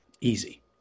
easy